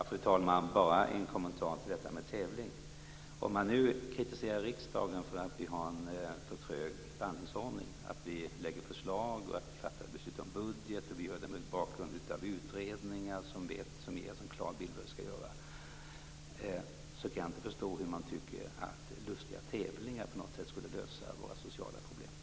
Fru talman! Jag har bara en kommentar till detta med tävling. Om man nu kritiserar riksdagen för att vi har en för trög behandlingsordning med förslag som läggs fram, beslut som skall fattas om budget mot bakgrund av de utredningar som ger oss en klar bild av vad vi skall göra, kan jag inte förstå hur man kan tycka att lustiga tävlingar på något sätt skulle lösa våra sociala problem.